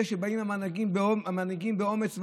זה כשבאים המנהיגים באומץ ואומרים: